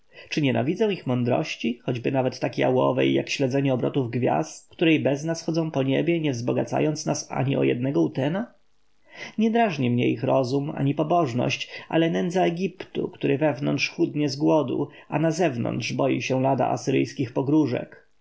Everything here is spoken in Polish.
nienawidzę ich mądrości choćby nawet tak jałowej jak śledzenie obrotów gwiazd które i bez nas chodzą po niebie nie zbogacając nas o jednego utena nie drażni mnie ich rozum ani pobożność ale nędza egiptu który wewnątrz chudnie z głodu a nazewnątrz boi się lada asyryjskich pogróżek